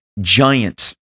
giants